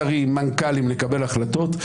שרים ומנכ"לים לקבל החלטות,